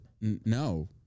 no